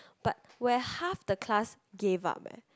but where half the class gave up eh